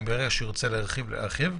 אם יתברר שהוא ירצה להרחיב ירחיב,